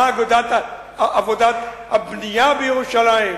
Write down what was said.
מה עבודת הבנייה בירושלים?